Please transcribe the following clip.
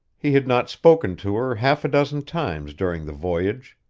he had not spoken to her half a dozen times during the voyage.